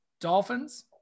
Dolphins